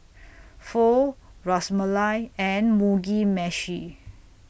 Pho Ras Malai and Mugi Meshi